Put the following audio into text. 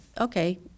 okay